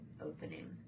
opening